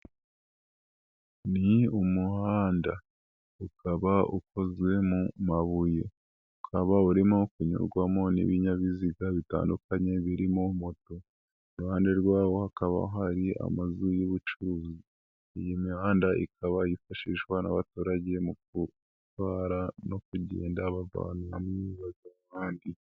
Ni umuhanda ukaba ukozwe mu mabuye, ukaba urimo kunyurwamo n'ibinyabiziga bitandukanye birimo moto, iruhande rwabo hakaba hari amazu y'ubucuruzi, imihanda ikaba yifashishwa n'abaturage mu kubatwara no kugenda.